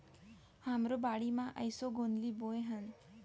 हमरो बाड़ी म एसो गोंदली बोए हन